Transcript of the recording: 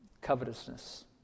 covetousness